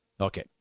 Okay